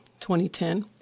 2010